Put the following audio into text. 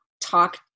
talk